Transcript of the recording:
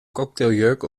cocktailjurk